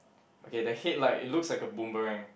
okay the head like it looks like a Boomerang